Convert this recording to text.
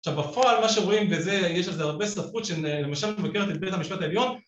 עכשיו בפועל מה שרואים בזה יש על זה הרבה ספרות, שלמשל מבקרת את בית המשפט העליון